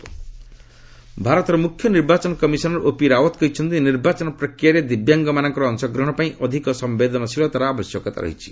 accessible election ଭାରତର ମୁଖ୍ୟ ନିର୍ବାଚନ କମିଶନର୍ ଓପି ରାଓ୍ୱତ୍ କହିଛନ୍ତି ନିର୍ବାଚନ ପ୍ରକ୍ରିୟାରେ ଦିବ୍ୟାଙ୍ଗମାନଙ୍କର ଅଂଶଗ୍ରହଣ ପାଇଁ ଅଧିକ ସମ୍ଭେଦନଶୀଳତାର ଆବଶ୍ୟକତା ରହିଛି